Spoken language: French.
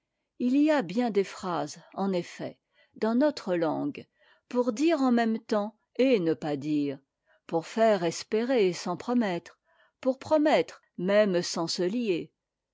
il y a bien des phrases en effet dans notre langue pour dire en même temps et ne pas dire pour faire espérer sans promettre pour promettre même sans se lier